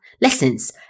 lessons